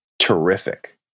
terrific